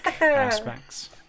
aspects